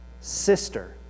sister